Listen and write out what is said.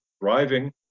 driving